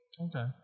Okay